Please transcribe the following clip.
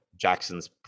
Jackson's